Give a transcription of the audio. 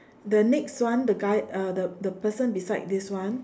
the next one the guy uh the the person beside this one